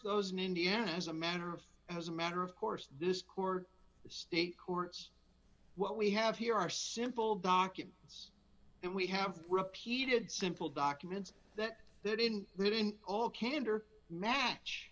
those an indiana as a matter of as a matter of course this core state courts what we have here are simple documents and we have repeated simple documents that that in written in all candor match